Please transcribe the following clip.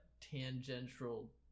tangential